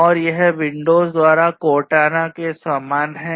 और यह विंडोज द्वारा Cortana के समान है